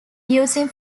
using